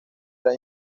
era